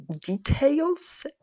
details